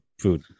food